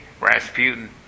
Rasputin